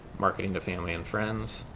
marketing to family and friends